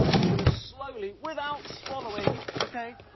you are going to slowly, without swallowing, it's okay,